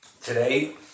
today